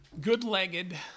good-legged